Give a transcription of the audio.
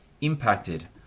impacted